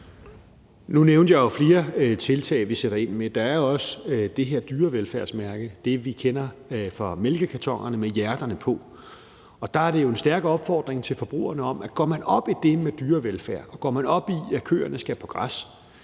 Nu nævnte jeg jo flere tiltag, vi sætter ind med. Der er også det her dyrevelfærdsmærke med hjerterne på, som vi kender fra mælkekartonerne. Der er det jo en stærk opfordring til forbrugerne om, at hvis man går op i dyrevelfærd og i, at køerne skal på græs,